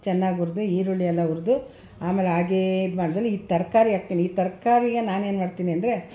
ಚೆನ್ನಾಗಿ ಹುರಿದು ಈರುಳ್ಳಿಯೆಲ್ಲ ಹುರಿದು ಆಮೇಲೆ ಹಾಗೆ ಇದು ಮಾಡಾದ್ಮೇಲೆ ಈ ತರಕಾರಿ ಹಾಕ್ತೀನಿ ಈ ತರಕಾರಿಗೆ ನಾನೇನು ಮಾಡ್ತೀನಿ ಅಂದರೆ